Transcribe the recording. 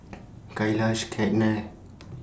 Kailash Ketna